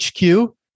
HQ